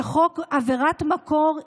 כחוק עבירת מקור,